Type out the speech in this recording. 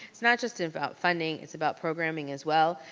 it's not just about funding, it's about programming as well,